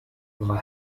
war